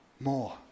more